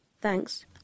Thanks